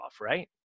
right